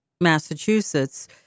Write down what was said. Massachusetts